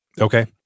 Okay